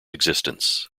existence